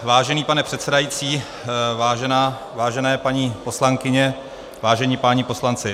Vážený pane předsedající, vážené paní poslankyně, vážení páni poslanci.